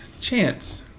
Chance